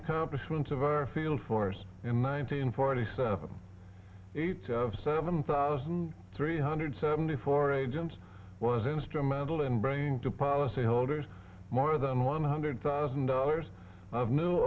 accomplishments of our field force in nineteen forty seven eight seven thousand three hundred seventy four agents was instrumental in bringing to policyholders more than one hundred thousand dollars of new